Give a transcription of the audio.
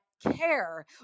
care